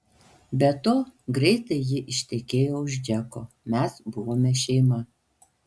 be to greitai ji ištekėjo už džeko mes buvome šeima